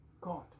God